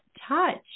touch